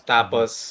Tapos